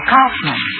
Kaufman